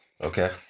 Okay